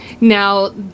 now